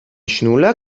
schnuller